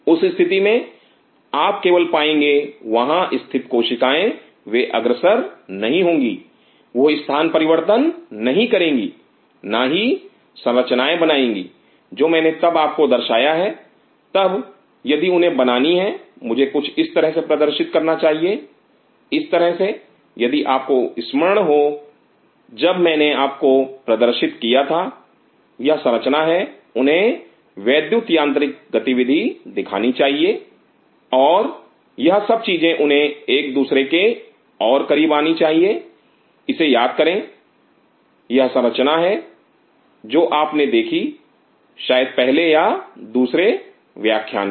उस स्थिति में आप केवल पाएंगे वहां स्थित कोशिकाएं वे अग्रसर नहीं होंगी वह स्थान परिवर्तन नहीं करेंगे ना ही संरचनाएं बनाएंगी जो मैंने तब आपको दर्शाया है तब यदि उन्हें बनानी है मुझे कुछ इस तरह से प्रदर्शित करना चाहिए इस तरह से यदि आपको स्मरण हो जब मैंने आपको प्रदर्शित किया था यह संरचना है उन्हें वैद्युत यांत्रिक गतिविधि दिखानी चाहिए और यह सब चीजें उन्हें एक दूसरे के और करीब आना चाहिए इसे याद करें या संरचना है जो आपने देखी शायद पहले या दूसरे व्याख्यान में